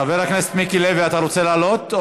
חבר הכנסת מיקי לוי, אתה רוצה לעלות?